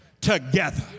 together